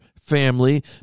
family